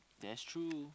that's true